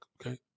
okay